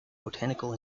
botanical